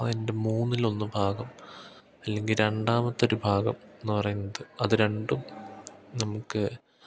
അതിൻ്റെ മൂന്നിൽ ഒന്ന് ഭാഗം അല്ലെങ്കിൽ രണ്ടാമത്തെ ഒരു ഭാഗം എന്ന് പറയുന്നത് അത് രണ്ടും നമുക്ക്